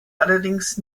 allerdings